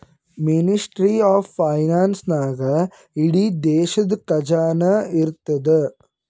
ministry of finance ನಾಗೇ ಇಡೀ ದೇಶದು ಖಜಾನಾ ಇರ್ತುದ್